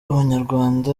abanyarwanda